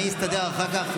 זה לא נכון.